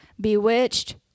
Bewitched